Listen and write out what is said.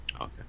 Okay